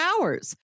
hours